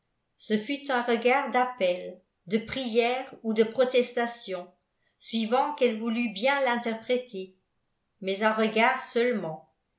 un regard d'appel de prière ou de protestation suivant qu'elle voulut bien l'interpréter mais un regard seulement